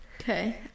Okay